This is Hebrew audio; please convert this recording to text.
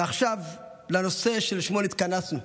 ועכשיו לנושא שלשמו התכנסנו.